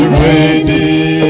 ready